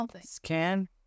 scan